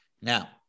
now